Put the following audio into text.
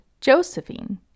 Josephine